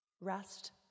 rest